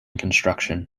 construction